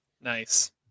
Nice